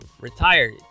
retired